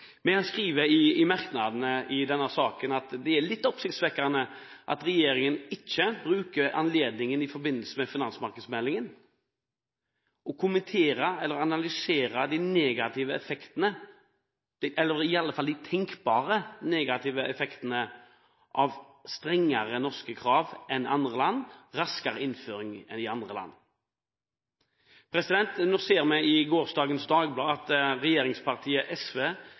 Vi skriver i merknadene her at det er litt oppsiktsvekkende at regjeringen ikke bruker anledningen i forbindelse med finansmarkedsmeldingen til å kommentere eller analysere de tenkbare negative effektene av strengere norske krav og raskere innføring enn i andre land. Vi ser i Dagbladet for i går at regjeringspartiet SV